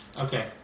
Okay